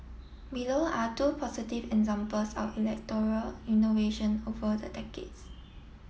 below are two positive examples of electoral innovation over the decades